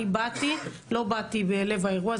אני לא באתי בלב האירוע,